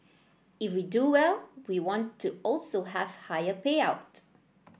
if we do well we want to also have higher payout